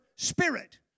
Spirit